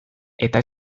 eta